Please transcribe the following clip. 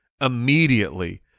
immediately